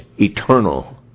eternal